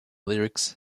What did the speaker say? lyrics